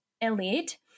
elite